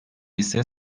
ise